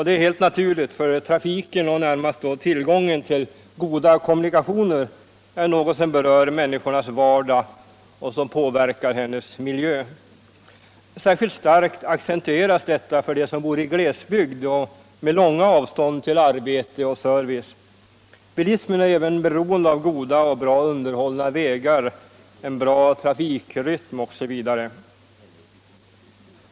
Det är naturligt. eftersom trafiken, och närmast då tillgången till goda kommunikationer, är något som berör människans vardag och som påverkar hennes miljö. Särskilt starkt accentueras detta för dem som bor i glesbygd och med långa avstånd till arbete och service. Bilismen är även beroende av goda och bra underhållna vägar, en bra trafikrytm osv.